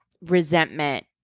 resentment